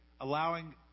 allowing